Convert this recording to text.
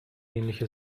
ähnliche